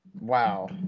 Wow